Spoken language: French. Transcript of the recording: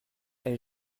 elle